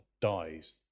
dies